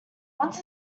once